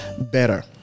better